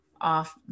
off